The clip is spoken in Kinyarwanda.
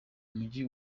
mujyi